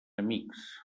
amics